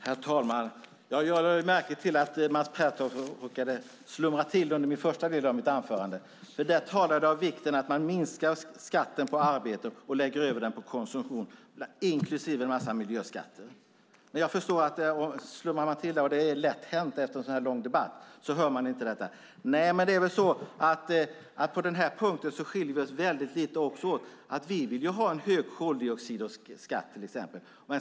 Herr talman! Jag lade märke till att Mats Pertoft råkade slumra till under första delen av mitt anförande. Där talade jag om vikten av att man minskar skatten på arbete och lägger över den på konsumtion, inklusive en massa miljöskatter. Det är lätt hänt att man slumrar till efter en så här lång debatt, och då hör man inte detta. Även på den här punkten skiljer vi oss väldigt lite åt. Vi vill till exempel ha en hög koldioxidskatt.